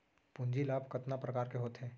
पूंजी लाभ कतना प्रकार के होथे?